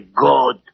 god